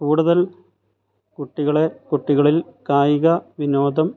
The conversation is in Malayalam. കൂട്തൽ കുട്ടികളെ കുട്ടികളിൽ കായിക വിനോദം